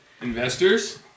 investors